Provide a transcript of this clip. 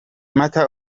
matter